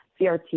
CRT